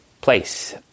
place